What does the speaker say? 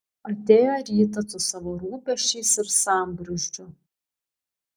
atėjo rytas su savo rūpesčiais ir sambrūzdžiu